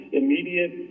immediate